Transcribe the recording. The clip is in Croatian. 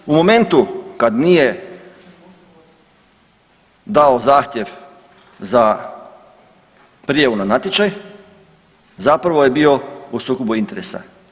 Znači, u momentu kad nije dao zahtjev za prijavu na natječaj, zapravo je bio u sukobu interesa.